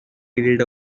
period